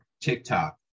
TikTok